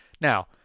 Now